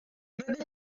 roedd